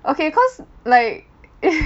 okay cause like